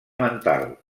mental